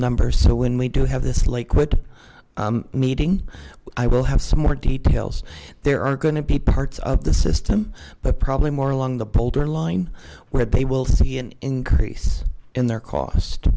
numbers so when we do have this liquid meeting i will have some more details there are going to be parts of the system but probably more along the bolder line where they will see an increase in their cost